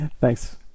Thanks